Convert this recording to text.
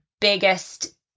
biggest